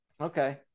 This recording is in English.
Okay